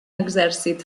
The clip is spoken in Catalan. exèrcit